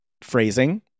phrasing